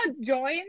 join